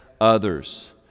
others